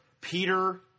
Peter